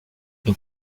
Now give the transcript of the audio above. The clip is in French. une